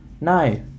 No